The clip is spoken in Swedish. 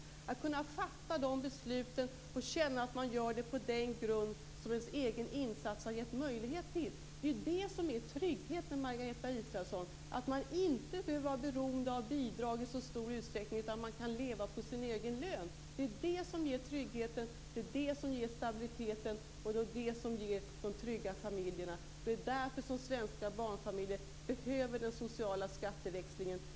De vill kunna fatta beslut och känna att de gör det på den grund som deras egen insats har givit möjlighet till. Det är det som är trygghet, Margareta Israelsson. Man behöver inte vara beroende av bidrag i så stor utsträckning, utan man kan leva på sin egen lön. Det är det som ger trygghet. Det är det som ger stabilitet. Det är det som ger trygga familjer. Det är därför svenska barnfamiljer behöver den sociala skatteväxlingen.